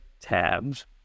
tabs